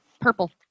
Purple